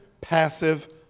passive